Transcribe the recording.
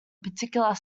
particular